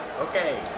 Okay